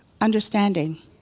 understanding